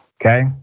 okay